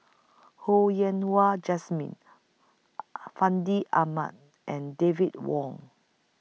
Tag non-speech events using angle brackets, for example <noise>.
Ho Yen Wah Jesmine <noise> Fandi Ahmad and David Wong